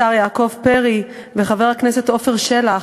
השר יעקב פרי וחבר הכנסת עפר שלח,